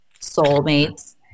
soulmates